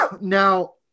now